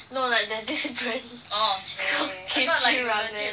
no like there's this brand called kimchi ramen